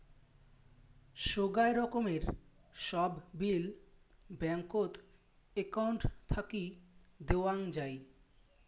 সোগায় রকমের সব বিল ব্যাঙ্কত একউন্ট থাকি দেওয়াং যাই